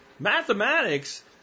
Mathematics